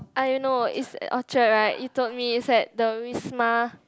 I don't know is at Orchard [right] you told me is at the Wisma